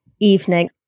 evening